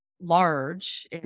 large